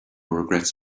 regrets